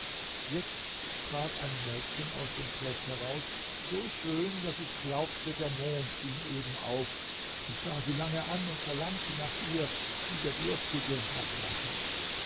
jetzt trat ein mädchen aus dem schloß heraus so schön daß ich glaubte der mond ging eben auf ich sah sie lange an und verlangte nach ihr wie der durstige nach wasser